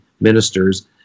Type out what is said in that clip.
ministers